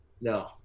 No